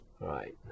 right